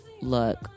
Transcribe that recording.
look